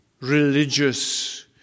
religious